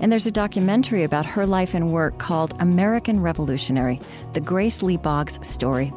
and there's a documentary about her life and work called american revolutionary the grace lee boggs story